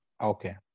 Okay